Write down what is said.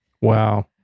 Wow